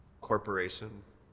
Corporations